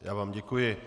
Já vám děkuji.